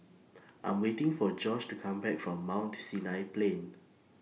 I Am waiting For Josh to Come Back from Mount Sinai Plain